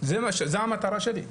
זה המטרה שלי.